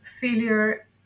failure